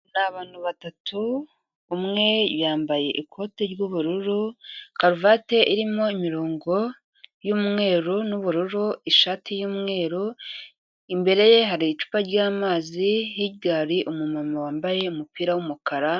Ni abantu batatu, umwe yambaye ikote ry'ubururu, karuvati irimo imirongo y'umweru n'ubururu, ishati y'umweru, imbere ye hari icupa ry'amazi, hirya hari umumama wambaye umupira w'umukara.